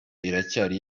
iracyari